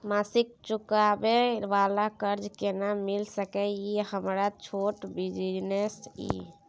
मासिक चुकाबै वाला कर्ज केना मिल सकै इ हमर छोट बिजनेस इ?